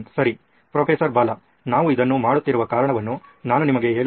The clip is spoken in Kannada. ಪ್ರೊಫೆಸರ್ ಬಾಲಾ ನಾವು ಇದನ್ನು ಮಾಡುತ್ತಿರುವ ಕಾರಣವನ್ನು ನಾನು ನಿಮಗೆ ಹೇಳುತ್ತೇನೆ